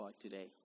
today